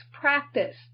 practice